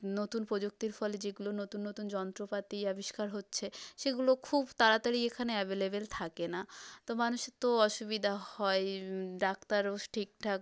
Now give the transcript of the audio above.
নতুন প্রযুক্তির ফলে যেগুলো নতুন নতুন যন্ত্রপাতি আবিষ্কার হচ্ছে সেগুলো খুব তাড়াতাড়ি এখানে অ্যাভেলেবেল থাকে না তো মানুষের তো অসুবিধা হয় ডাক্তারও ঠিকঠাক